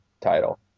title